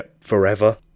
forever